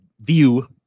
view